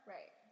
Right